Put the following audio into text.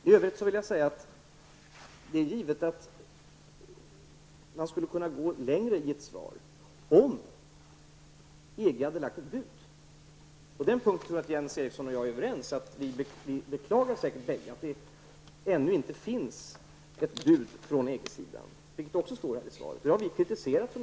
I övrigt vill jag säga att det är givet att man skulle kunna gå längre i ett svar, om EG hade lagt ett bud. På den punkten tror jag att Jens Eriksson och jag är överens. Vi beklagar säkert båda att det inte ännu finns ett bud från EG-sidan. Det står också i svaret. Vi har kritiserat detta från EFTA.